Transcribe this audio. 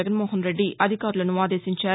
జగన్మోహన్రెడ్డి అధికారులసు ఆదేశించారు